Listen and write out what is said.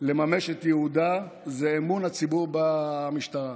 לממש את ייעודה זה אמון הציבור במשטרה.